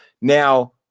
Now